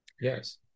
Yes